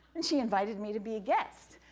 and she invited me to be a guest.